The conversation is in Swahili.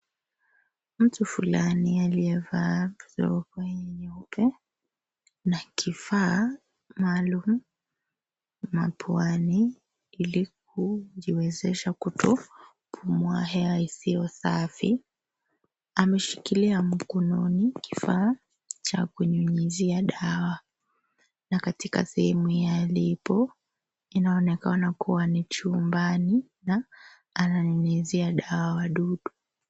Mtu fulani aliyevaa glovu nyeupe na kifaa maalum mapuani ili kujiwezesha kutopumua hewa isiyo safi ameshikilia mkononi kifaa cha kunyunyizia dawa na katika sehemu hii alipo inaonekana kuwa ni chumbani na ananyunyizia dawa wadudu.